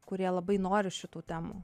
kurie labai nori šitų temų